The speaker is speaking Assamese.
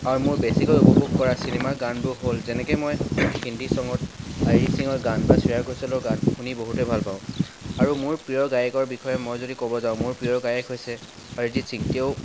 আৰু মোৰ বেছিকৈ উপভোগ কৰা চিনেমা গানবোৰ হ'ল যেনেকৈ মই হিন্দী ছঙত অৰিজিত সিঙৰ গান বা শ্ৰেয়া ঘোষালৰ গান শুনি বহুতেই ভাল পাওঁ আৰু মোৰ প্ৰিয় গায়কৰ বিষয়ে মই যদি ক'ব যাওঁ মোৰ প্ৰিয় গায়ক হৈছে অৰিজিত সিং তেওঁ